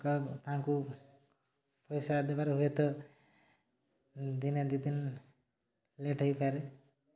ତାଙ୍କୁ ପଇସା ଦେବାରେ ହୁଏ ତ ଦିନେ ଦୁଇ ଦିନ ଲେଟ୍ ହେଇପାରେ